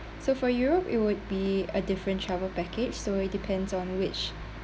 so for europe it would be a different travel package so it depends on which